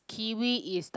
kiwi